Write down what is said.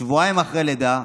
שבועיים אחרי הלידה,